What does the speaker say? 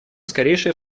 скорейшее